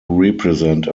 represent